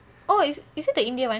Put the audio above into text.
oh is is it the india one